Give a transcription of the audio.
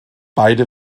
beide